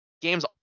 games